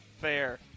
Fair